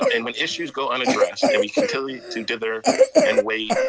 so and when issues go unaddressed, and we continue to dither and wait,